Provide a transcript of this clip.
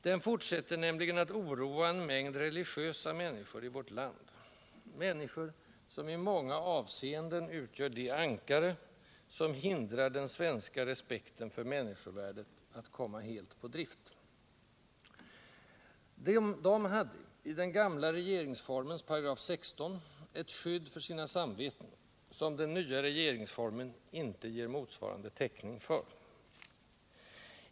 Den fortsätter nämligen att oroa en mängd religiösa människor i vårt land — människor som i många avseenden utgör det ankare som hindrar den svenska respekten för människovärdet att komma helt på drift. De hade i den gamla regeringsformens § 16 ett skydd för sina samveten, som den nya regeringsformen inte ger motsvarande täckning för.